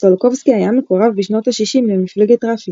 טולקובסקי היה מקורב בשנות ה-60 למפלגת רפ"י.